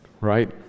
right